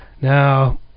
Now